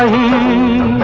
e